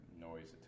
noise